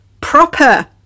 proper